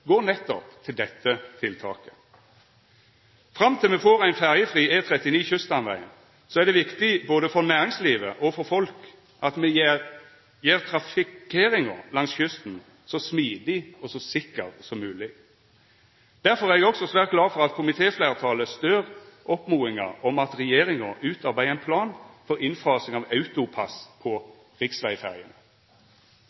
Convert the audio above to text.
går nettopp til dette tiltaket. Fram til me får ein ferjefri E39, kyststamveg, er det viktig både for næringslivet og for folk at me gjer trafikkeringa langs kysten så smidig og så sikker som mogleg. Difor er eg også svært glad for at komitéfleirtalet stør oppmodinga om at regjeringa utarbeider ein plan for innfasing av AutoPASS på